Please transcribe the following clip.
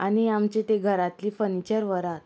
आनी आमचे ते घरांतली फर्निचर व्हरात